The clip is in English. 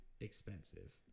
expensive